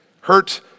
hurt